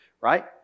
right